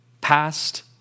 past